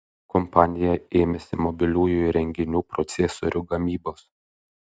kompanija ėmėsi mobiliųjų įrenginių procesorių gamybos